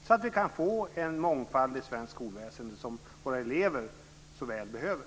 Då kan vi få den mångfald i svenskt skolväsen som våra elever så väl behöver.